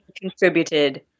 contributed